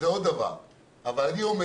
אבל אני אומר